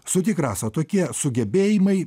sutik rasa tokie sugebėjimai